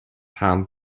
handled